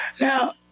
Now